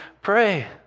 pray